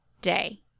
day